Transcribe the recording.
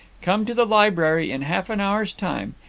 come to the library in half an hour's time.